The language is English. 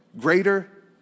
greater